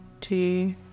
two